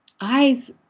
eyes